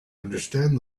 understand